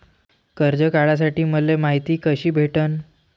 कर्ज काढासाठी मले मायती कशी भेटन?